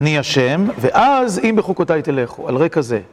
נהיה שם, ואז, אם בחוקותיי תלכו, על רקע זה.